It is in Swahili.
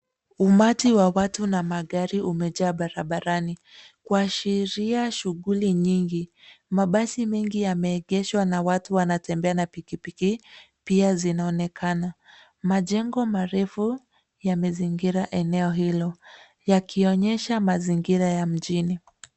Umati wa watu na magari yamejaa barabarani kuashiria shughuli nyingi . Mabasi mengi yameegeshwa na watu wanatembea na pikipiki pia zinaonekana . Majengo marefu yamezingira eneo hilo yakionyesha mazingira ya mjini.